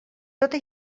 tota